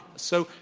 so,